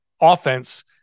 offense